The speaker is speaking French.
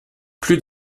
plus